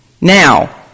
Now